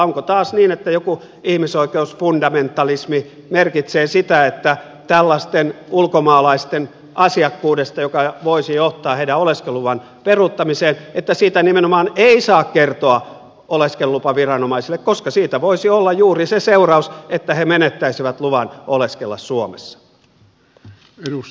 onko taas niin että joku ihmisoikeusfundamentalismi merkitsee sitä että tällaisten ulkomaalaisten asiakkuudesta joka voisi johtaa heidän oleskelulupansa peruuttamiseen nimenomaan ei saa kertoa oleskelulupaviranomaisille koska siitä voisi olla juuri se seuraus että he menettäisivät luvan oleskella suomessa